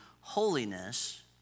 holiness